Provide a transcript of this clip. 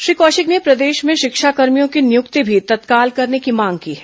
श्री कौशिक ने प्रदेश में शिक्षाकर्मियों की नियुक्ति भी तत्काल करने की मांग की है